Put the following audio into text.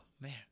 man